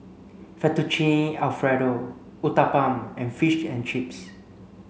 Fettuccine Alfredo Uthapam and Fish and Chips